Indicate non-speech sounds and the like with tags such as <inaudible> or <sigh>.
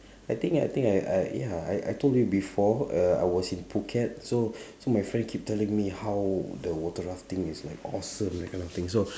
<breath> I think I think I I ya I I told you before uh I was in phuket so <breath> so my friend keep telling me how the water rafting is like awesome that kind of thing so <breath>